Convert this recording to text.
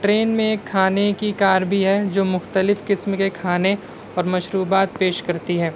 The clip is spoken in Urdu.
ٹرین میں کھانے کی کار بھی ہے جو مختلف قسم کھانے اور مشروبات پیش کرتی ہے